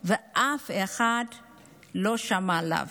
ואף אחד לא שמע עליו.